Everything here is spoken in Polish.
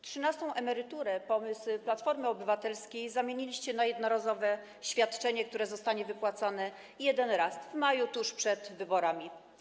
Trzynastą emeryturę, pomysł Platformy Obywatelskiej, zamieniliście na jednorazowe świadczenie, które zostanie wypłacone jeden raz, w maju, tuż przed wyborami.